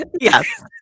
Yes